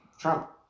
Trump